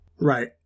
Right